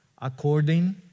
according